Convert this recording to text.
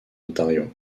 ontario